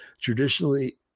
traditionally